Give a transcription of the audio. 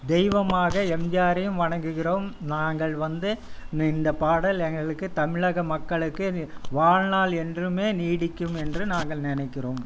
தெய்வமாக எம்ஜிஆரையும் வணங்குகிறோம் நாங்கள் வந்து இந்தப் பாடல் எங்களுக்குத் தமிழக மக்களுக்கு வாழ்நாள் என்றுமே நீடிக்கும் என்று நாங்கள் நினைக்கிறோம்